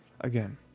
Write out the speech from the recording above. Again